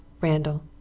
Randall